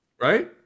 right